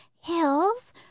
Hills